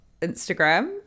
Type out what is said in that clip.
instagram